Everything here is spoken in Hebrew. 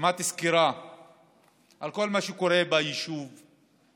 ושמעתי סקירה על כל מה שקורה ביישוב מבחינת